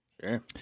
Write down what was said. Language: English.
Sure